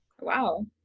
Wow